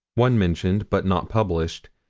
one mentioned, but not published,